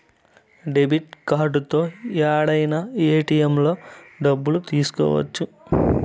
debit కార్డుతో యాడైనా ఏటిఎంలలో డబ్బులు తీసుకోవచ్చు